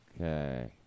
Okay